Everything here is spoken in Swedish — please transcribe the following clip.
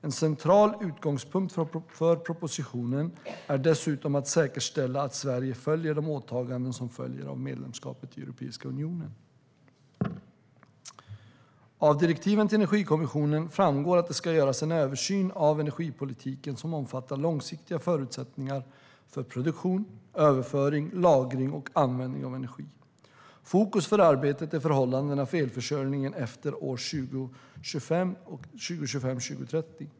En central utgångspunkt för propositionen är dessutom att säkerställa att Sverige följer de åtaganden som följer av medlemskapet i Europeiska unionen. Av direktiven till Energikommissionen framgår att det ska göras en översyn av energipolitiken som omfattar långsiktiga förutsättningar för produktion, överföring, lagring och användning av energi. Fokus för arbetet är förhållandena för elförsörjningen efter åren 2025-2030.